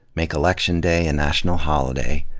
make election day a national holiday,